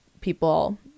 people